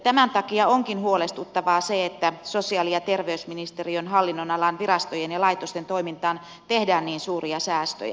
tämän takia onkin huolestuttavaa se että sosiaali ja terveysministeriön hallinnonalan virastojen ja laitosten toimintaan tehdään niin suuria säästöjä